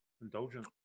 Indulgent